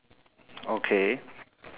okay